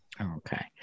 Okay